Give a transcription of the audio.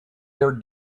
there